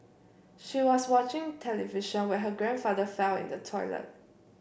she was watching television when her grandfather found in the toilet